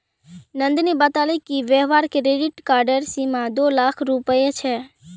नंदनी बताले कि वहार क्रेडिट कार्डेर सीमा दो लाख रुपए छे